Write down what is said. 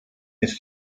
ist